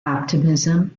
optimism